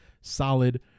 solid